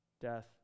Death